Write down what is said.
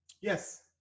Yes